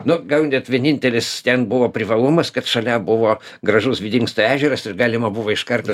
nu gal net vienintelis ten buvo privalumas kad šalia buvo gražus vidinksto ežeras ir galima buvo iš karto